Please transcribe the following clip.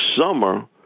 summer